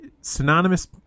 synonymous